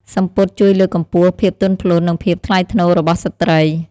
សំពត់ជួយលើកកម្ពស់ភាពទន់ភ្លន់និងភាពថ្លៃថ្នូររបស់ស្ត្រី។